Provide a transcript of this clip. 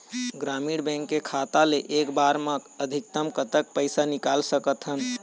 ग्रामीण बैंक के खाता ले एक बार मा अधिकतम कतक पैसा निकाल सकथन?